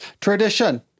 Tradition